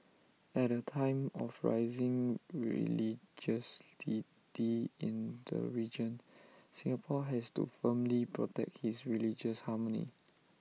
at A time of rising religiosity in the region Singapore has to firmly protect his religious harmony